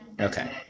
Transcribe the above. Okay